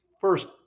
First